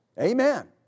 Amen